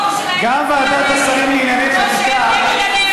גם ועדת השרים לענייני חקיקה.